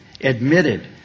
admitted